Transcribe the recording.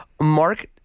Mark